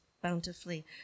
Bountifully